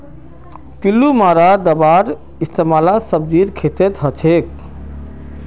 पिल्लू मारा दाबार इस्तेमाल सब्जीर खेतत हछेक